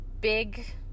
big